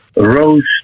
Rose